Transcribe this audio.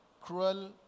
cruel